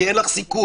כי אין לך סיכוי.